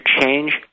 change